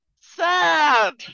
Sad